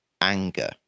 anger